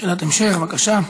שאלת המשך, בבקשה.